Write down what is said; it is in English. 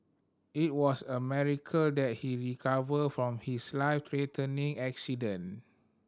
it was a miracle that he recovered from his life threatening accident